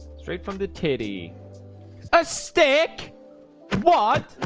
straight from the titty a stick what?